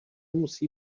musí